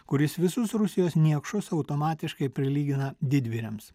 kuris visus rusijos niekšus automatiškai prilygina didvyriams